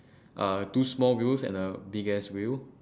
uh two small wheels and a big ass wheel